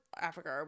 Africa